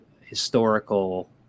historical